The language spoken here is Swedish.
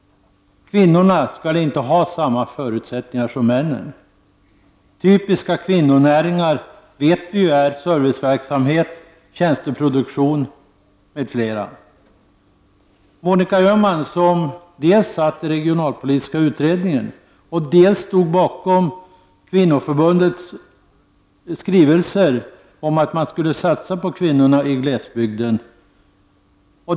Kvinnorna skall inte ha samma förutsättningar som männen. Typiska kvinnonäringar är ju serviceverksamhet, tjänsteproduktion m.m. Monica Öhman har ju suttit med i regionalpolitiska utredningen, och hon står även bakom kvinnoförbundets skrivelser om att man skall satsa på kvinnor i glesbygd.